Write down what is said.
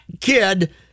kid